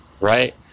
Right